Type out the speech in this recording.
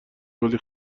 کلی